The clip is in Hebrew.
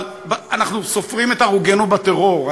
אבל אנחנו סופרים את הרוגינו בטרור,